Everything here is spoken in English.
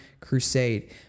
crusade